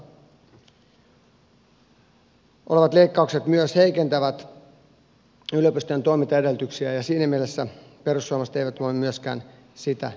yliopistojen osalta leikkaukset myös heikentävät yliopistojen toimintaedellytyksiä ja siinä mielessä perussuomalaiset eivät voi myöskään sitä hyväksyä